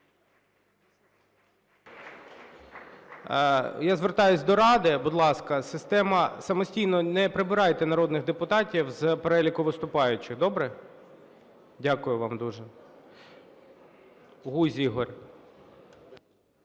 Я звертаюсь до "Ради". Будь ласка, система, самостійно не прибирайте народних депутатів з переліку виступаючих, добре? Дякую вам дуже. Гузь Ігор.